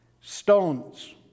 Stones